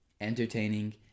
entertaining